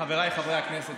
חבריי חברי הכנסת,